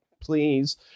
please